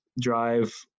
drive